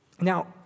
Now